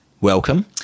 Welcome